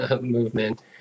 movement